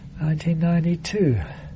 1992